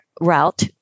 route